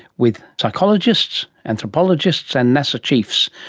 with psychologists, anthropologists and nasa chiefs,